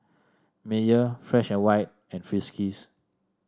Mayer Fresh And White and Friskies